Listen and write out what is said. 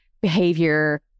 behavior